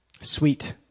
Sweet